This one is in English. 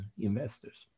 investors